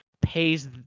pays